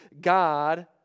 God